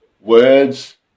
words